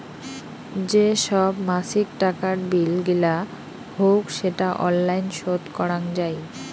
যে সব মাছিক টাকার বিল গিলা হউক সেটা অনলাইন শোধ করাং যাই